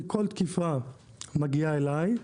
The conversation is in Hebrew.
כי כל תקיפה מגיעה אליי,